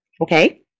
Okay